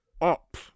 up